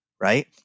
right